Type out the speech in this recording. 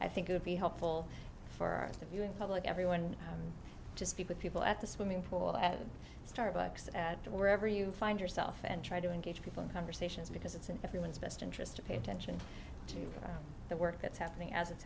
i think it'd be helpful for the viewing public everyone to speak with people at the swimming pool at starbucks at wherever you find yourself and try to engage people in conversations because it's in everyone's best interest to pay attention to the work that's happening a